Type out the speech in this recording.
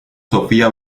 sofía